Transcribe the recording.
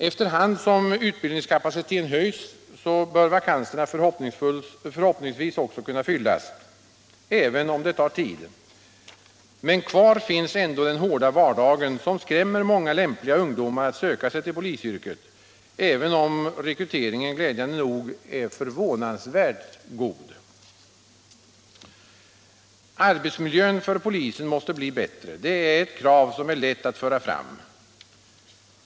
Efter hand som utbildningskapaciteten höjs bör vakanserna förhoppningsvis också kunna fyllas — även om det tar tid. Men kvar finns ändå den hårda vardagen, som skrämmer många lämpliga ungdomar från att söka sig till polisyrket, även om rekryteringen — glädjande nog — är förvånande god. Arbetsmiljön för polisen måste bli bättre. Det är ett krav som är lätt att föra fram.